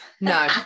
no